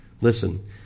listen